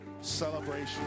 celebration